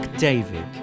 David